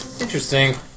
Interesting